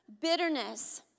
bitterness